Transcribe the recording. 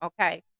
okay